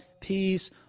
peace